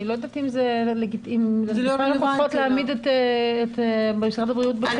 אני לא יודעת אם זה נכון להעמיד את משרד הבריאות בשאלה הזאת,